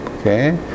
okay